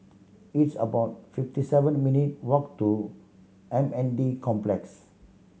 it's about fifty seven minute walk to M N D Complex